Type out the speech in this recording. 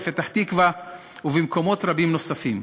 בפתח-תקווה ובמקומות רבים נוספים.